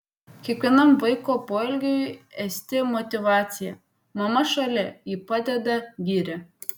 kiekvienam vaiko poelgiui esti motyvacija mama šalia ji padeda giria